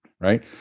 right